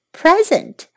present